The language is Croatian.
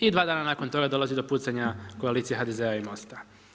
I dva dana nakon toga dolazi do pucanja koalicije HDZ-a i Most-a.